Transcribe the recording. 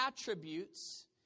attributes